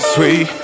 Sweet